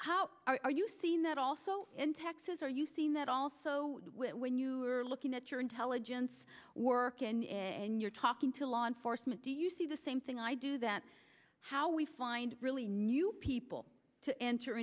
how are you seeing that also in texas are you seeing that also when you are looking at your intelligence work and you're talking to law enforcement do you see the same thing i do that how we find really new people to enter